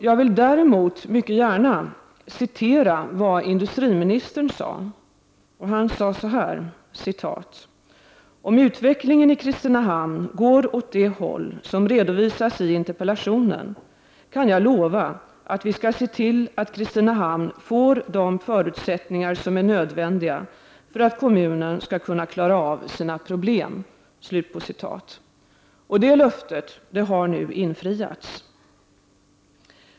Jag vill däremot gärna citera vad industriministern sade, nämligen: ”Om utvecklingen i Kristinehamn går åt det hållet -——-som redovisas i interpellationen kan jag lova att vi skall se till att Kristinehamn får de förutsättningar som är nödvändiga för att kommunen skall kunna klara av sina problem.” Det löftet har nu infriats.